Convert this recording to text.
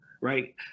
right